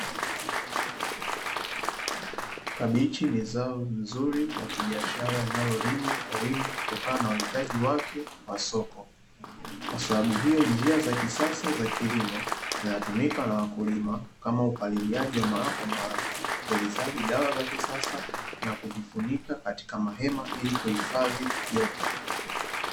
Kabichi ni zao zuri la kibiashara linalolimwa kwa wingi kutokana na uhitaji wake wa soko. Kwa sababu hiyo njia za kisasa za kilimo zinatumika na wakulima kama: upaliliaji wa mara kwa mara, upulizaji dawa za kisasa na kuzifunika katika mahema ili kuhifadhi joto.